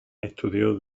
estudió